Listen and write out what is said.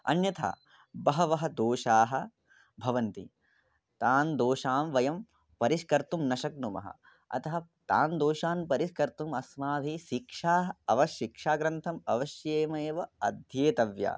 अन्यथा बहवः देषाः भवन्ति तान् दोषान् वयं परिष्कर्तुं न शक्नुमः अतः तान् दोषान् परिष्कर्तुम् अस्माभिः शिक्षाः अवश्यं शिक्षाग्रन्थम् अवश्यमेव अध्येतव्यम्